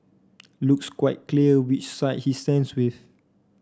looks quite clear which side he stands with